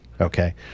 Okay